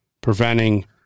preventing